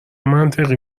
منطقی